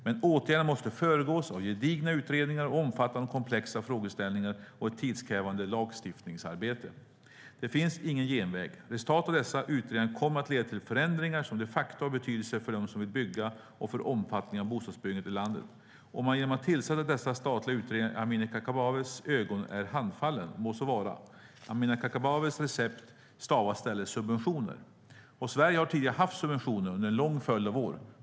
Men åtgärderna måste föregås av gedigna utredningar av omfattande och komplexa frågeställningar och ett tidskrävande lagstiftningsarbete. Det finns ingen genväg. Resultatet av dessa utredningar kommer att leda till förändringar som de facto har betydelse för dem som vill bygga och för omfattningen av bostadsbyggandet i landet. Om man genom att tillsätta dessa statliga utredningar i Amineh Kakabavehs ögon är handfallen må så vara. Amineh Kakabavehs recept stavas i stället subventioner. Sverige har tidigare haft subventioner under en lång följd av år.